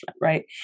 right